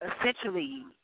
essentially